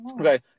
Okay